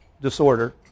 disorder